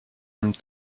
même